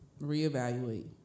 reevaluate